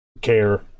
care